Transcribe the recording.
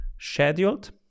scheduled